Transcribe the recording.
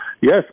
Yes